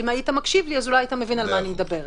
אם היית מקשיב לי אז אולי היית מבין על מה אני מדברת.